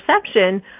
perception